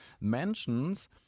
mentions